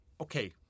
Okay